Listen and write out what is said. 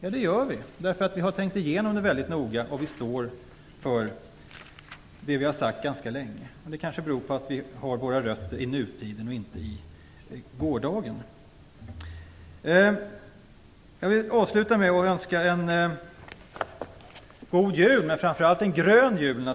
Ja, det gör vi, därför att vi tänker igenom noga och vi står för det vi har sagt ganska länge. Men det kanske beror på att vi har våra rötter i nutiden och inte i gårdagen. Jag vill avsluta med att önska en god jul, men framför allt en grön jul.